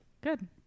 Good